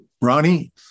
Ronnie